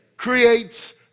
creates